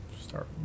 Start